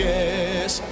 Yes